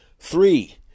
Three